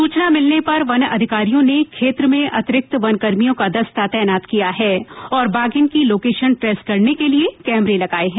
सूचना मिलने पर वन अधिकारियों ने खेत्र में अतिरिक्त वन कर्मियों का दस्ता तैनात किया है और बाधिन की लोकेशन ट्रेस करने के लिये कैमरे लगाये है